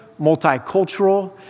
multicultural